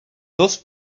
dos